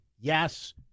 yes